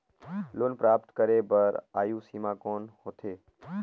Loan प्राप्त करे बर आयु सीमा कौन होथे?